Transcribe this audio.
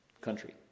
country